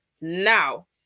Now